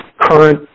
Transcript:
current